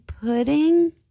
Pudding